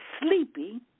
sleepy